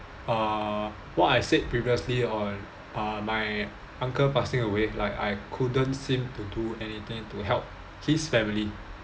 ah what I said previously on uh my uncle passing away like I couldn't seem to do anything to help his family